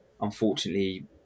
unfortunately